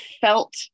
felt